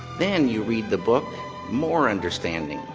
then you read the book more understanding,